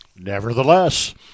Nevertheless